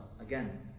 again